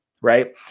right